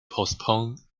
postpone